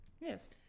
Yes